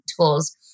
tools